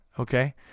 Okay